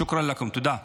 תודה לכם.) תודה.